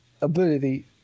ability